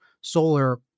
solar